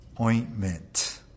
ointment